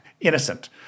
innocent